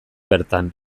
bertan